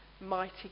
mighty